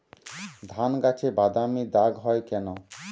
ধানগাছে বাদামী দাগ হয় কেন?